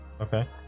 Okay